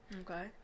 Okay